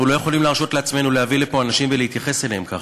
אנחנו לא יכולים להרשות לעצמנו להביא לפה אנשים ולהתייחס אליהם ככה.